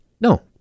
No